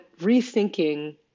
rethinking